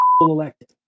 elected